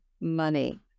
money